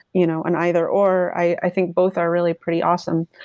you know, an either or, i think both are really pretty awesome.